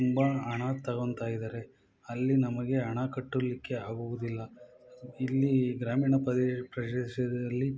ತುಂಬ ಹಣ ತಗೊತಾಯಿದಾರೆ ಅಲ್ಲಿ ನಮಗೆ ಹಣ ಕಟ್ಟಲಿಕ್ಕೆ ಆಗುವುದಿಲ್ಲ ಇಲ್ಲಿ ಗ್ರಾಮೀಣ ಪ್ರದೇ ಪ್ರದೇಶದಲ್ಲಿ